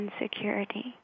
insecurity